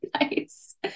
Nice